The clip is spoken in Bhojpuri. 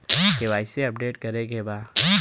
के.वाइ.सी अपडेट करे के बा?